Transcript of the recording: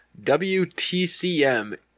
WTCM